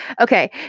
Okay